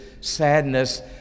sadness